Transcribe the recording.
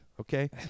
okay